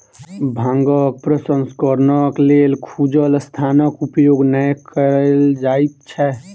भांगक प्रसंस्करणक लेल खुजल स्थानक उपयोग नै कयल जाइत छै